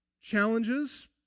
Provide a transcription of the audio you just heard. challenges